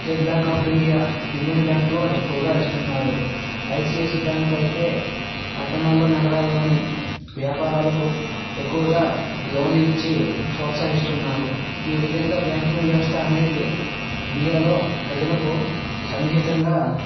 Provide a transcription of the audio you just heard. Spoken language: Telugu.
state Bank of India Union బ్యాంకులో ఎక్కువగా ఇస్తున్నారు ఐసిఐసిఐ బ్యాంక్ అయితే పట్టణాల్లో నగరాల్లోని వ్యాపారాలకు ఎక్కువగా లోన్లు ఇచ్చి ప్రోత్సహిస్తున్నారు ఈ విధంగా బ్యాంకింగ్ వ్యవస్థ అనేది ఇండియాలో ప్రజలకు సన్నిహితంగా